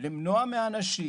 למנוע מאנשים,